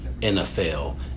NFL